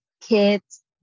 kids